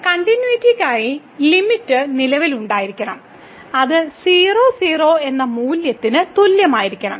കണ്ടിന്യൂയിറ്റിയ്ക്കായി limit നിലവിലുണ്ടായിരിക്കണം അത് 00 എന്ന മൂല്യത്തിന് തുല്യമായിരിക്കണം